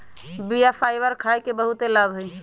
बीया फाइबर खाय के बहुते लाभ हइ